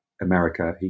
America